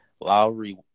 Lowry